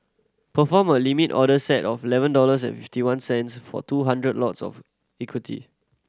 perform a Limit order set of eleven dollars and fifty one cents for two hundred lots of equity